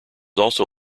also